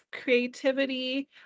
creativity